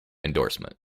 endorsement